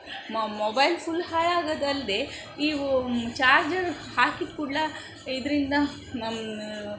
mobile full ಹಾಳಾಗೋದಲ್ದೆ ಇವು charger ಹಾಕಿದ ಕೂಡ್ಲೆ ಇದರಿಂದ ನನ್ನ